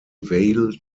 vale